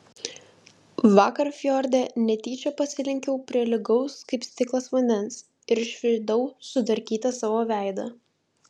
vakar fjorde netyčia pasilenkiau prie lygaus kaip stiklas vandens ir išvydau sudarkytą savo veidą